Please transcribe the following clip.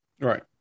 Right